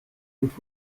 und